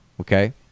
Okay